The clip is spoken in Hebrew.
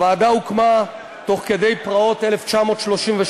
הוועדה הוקמה תוך כדי פרעות 1936,